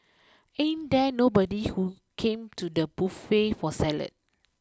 ain't there nobody who came to the buffet for salad